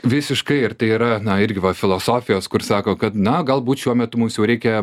visiškai ir tai yra na irgi va filosofijos kuri sako kad na galbūt šiuo metu mums jau reikia